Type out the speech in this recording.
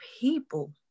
people